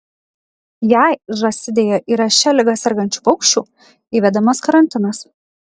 jei žąsidėje yra šia liga sergančių paukščių įvedamas karantinas